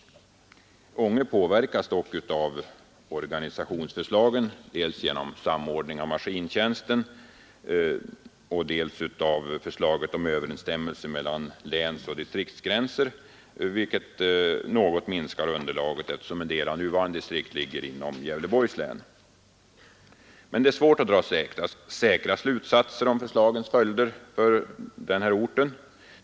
Ånge påverkas dock av organisationsförslagen dels genom den samordning av maskintjänsten som föreslås, dels av förslaget om överensstämmelse mellan länsoch distriktsgränser, som något minskar underlaget för verksamheten där, eftersom en del av det nuvarande distriktet ligger inom Gävleborgs län. Men det är svårt att dra säkra slutsatser om förslagens följder för Ånge.